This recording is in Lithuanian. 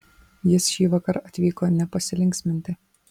jis šįvakar atvyko ne pasilinksminti